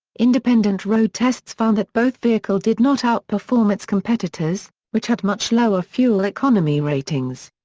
independent road tests found that both vehicle did not out-perform its competitors, which had much lower fuel economy ratings.